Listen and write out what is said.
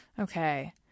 Okay